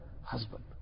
husband